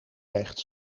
rechts